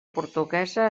portuguesa